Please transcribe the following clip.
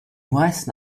meisten